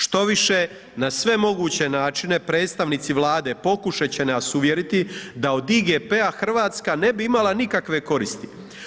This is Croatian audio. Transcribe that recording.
Štoviše na sve moguće načine predstavnici Vlade pokušat će nas uvjeriti da od IGP-a Hrvatska ne bi imala nikakve koristi.